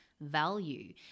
value